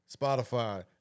spotify